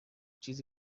چیزی